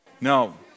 No